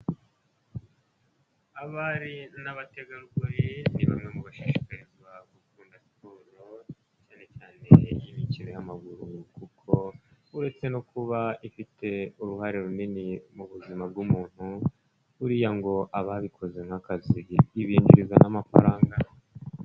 Abari n'abategarugori ni bamwe mu bashishikarizwa gukunda siporo, cyane cyane imikino y'amaguru kuko uretse no kuba ifite uruhare runini mu buzima bw'umuntu, buriya ngo ababikoze nk'akazi ibinjiriza n'amafaranga.